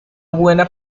buena